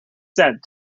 said